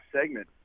segment